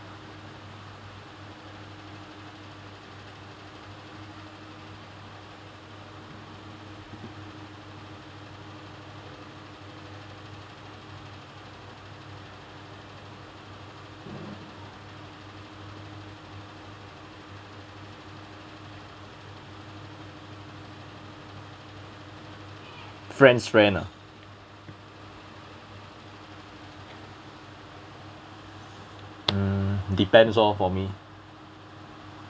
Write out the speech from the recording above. friend's friend ah mm depends lor for me